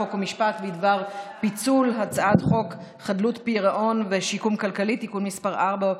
חוק ומשפט בדבר פיצול הצעת חוק חדלות פירעון ושיקום כלכלי (תיקון מס' 4,